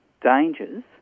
dangers